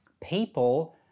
People